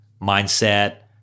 mindset